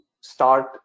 start